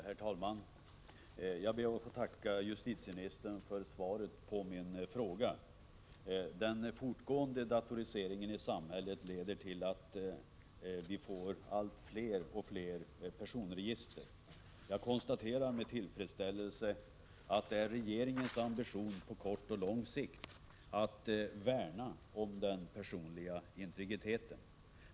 Herr talman! Jag ber att få tacka justitieministern för svaret på min fråga. Den fortgående datoriseringen i samhället leder till att allt fler personregister inrättas. Jag konstaterar med tillfredsställelse att det är regeringens ambition på kort och lång sikt att värna om den personliga integriteten.